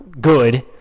Good